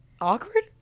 awkward